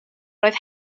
roedd